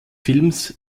films